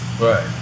Right